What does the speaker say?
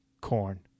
Corn